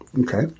Okay